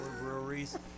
breweries